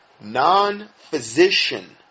non-physician